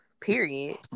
period